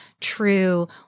true